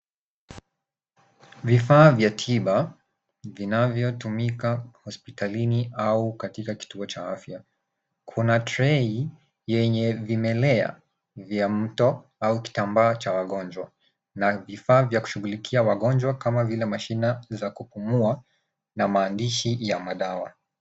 Vifaa vya tiba vinavyotumika hospitalini au katika kituo cha afya . Kuna trei yenye vimelea vya mto au kitambaa cha wagonjwa na vifaa vya kushughulikia wagonjwa kama vile mashine za kupumua na maandishi ya madawa.